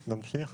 נמשיך,